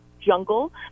jungle